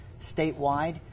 statewide